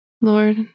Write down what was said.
Lord